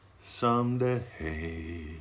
Someday